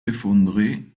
effondré